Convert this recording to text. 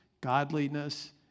godliness